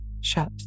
shut